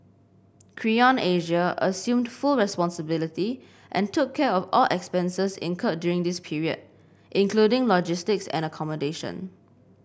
Creon Asia assumed full responsibility and took care of all expenses incurred during this period including logistics and accommodation